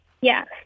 Yes